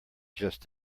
just